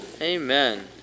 Amen